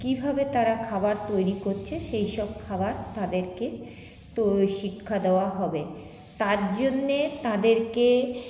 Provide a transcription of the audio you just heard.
কীভাবে তারা খাবার তৈরি করছে সেই সব খাবার তাদেরকে তো এই শিক্ষা দেওয়া হবে তার জন্যে তাদেরকে